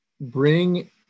bring